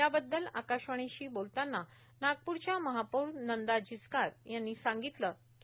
यावद्दल आकाशवाणीशी बोलताना नागपूरच्या महापौर नंदा जिच्कार यांनी संगितलं की